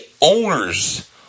owners